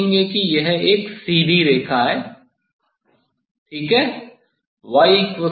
तो आप देखेंगे कि यह एक सीधी रेखा है ठीक है